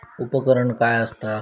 उपकरण काय असता?